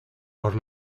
por